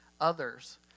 others